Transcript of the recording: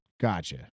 Gotcha